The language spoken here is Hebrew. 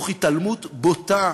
תוך התעלמות בוטה